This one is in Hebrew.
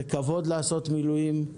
זה כבוד לעשות מילואים.